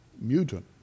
mutant